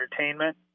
Entertainment